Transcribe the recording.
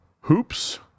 Hoops